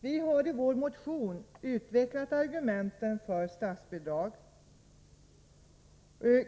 Vi har i vår motion utvecklat argumenten för statsbidrag.